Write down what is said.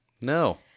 no